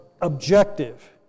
objective